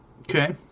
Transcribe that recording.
Okay